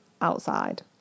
outside